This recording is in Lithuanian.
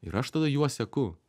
ir aš tada juo seku